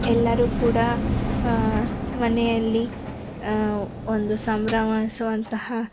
ಎಲ್ಲರೂ ಕೂಡ ಮನೆಯಲ್ಲಿ ಒಂದು ಸಂಭ್ರಮಿಸುವಂತಹ